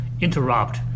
interrupt